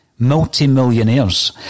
multi-millionaires